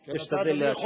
ואז אשתדל להשיב.